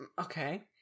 okay